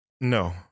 No